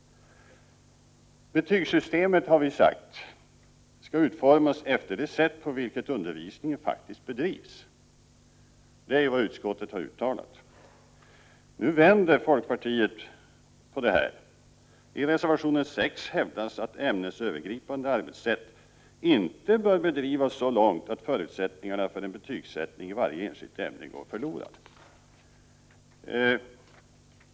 Betygssystemet har vi sagt skall utformas efter det sätt på vilket undervisningen faktiskt bedrivs. Det är vad utskottet har uttalat. Nu vänder folkpartiet på detta. I reservation 6 hävdas att ämnesövergripande arbetssätt inte bör drivas så långt att förutsättningarna för en betygsättning i varje enskilt ämne går förlorade.